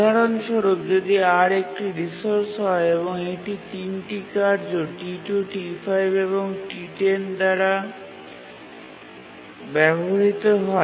উদাহরণস্বরূপ যদি R একটি রিসোর্স হয় এবং এটি ৩ টি কার্য T2 T5 এবং T10 দ্বারা ব্যবহৃত হয়